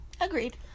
Agreed